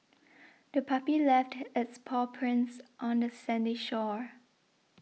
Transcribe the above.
the puppy left its paw prints on the sandy shore